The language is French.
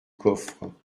coffre